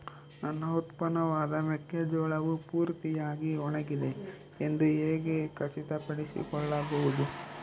ನನ್ನ ಉತ್ಪನ್ನವಾದ ಮೆಕ್ಕೆಜೋಳವು ಪೂರ್ತಿಯಾಗಿ ಒಣಗಿದೆ ಎಂದು ಹೇಗೆ ಖಚಿತಪಡಿಸಿಕೊಳ್ಳಬಹುದು?